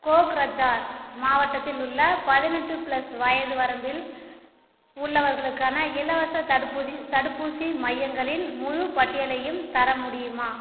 கோக்ரஜார் மாவட்டத்தில் உள்ள பதினெட்டு ப்ளஸ் வயது வரம்பில் உள்ளவர்களுக்கான இலவசத் தடுப்பூதி தடுப்பூசி மையங்களின் முழுப் பட்டியலையும் தர முடியுமா